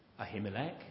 Ahimelech